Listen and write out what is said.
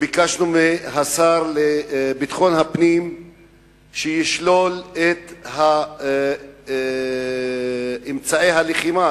מהשר לביטחון הפנים שישלול את אמצעי הלחימה,